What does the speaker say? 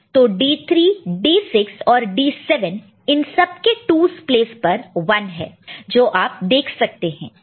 तो D3 D6 और D7 इन सबके 2's प्लेस पर 1 है जो आप देख सकते हैं